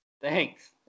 thanks